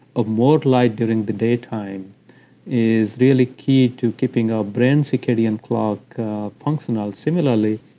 of more light during the daytime is really key to keeping our brain circadian clock functional. similarly,